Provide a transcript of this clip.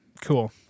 Cool